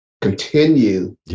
continue